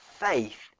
Faith